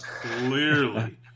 clearly